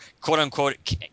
quote-unquote